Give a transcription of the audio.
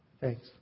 Thanks